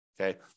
Okay